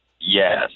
Yes